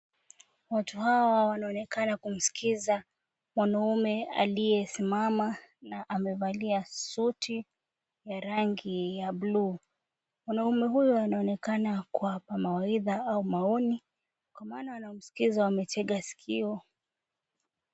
Watu hawa wanaonekana kumsikiza mwanaume aliyesimama na amevalia suti ya rangi ya blue . Mwanaume huyu anaonekana kuwapa mawaidha au maoni kwa maana wanamsikiza wametega sikio.